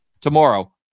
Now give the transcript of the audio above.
tomorrow